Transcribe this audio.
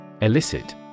Elicit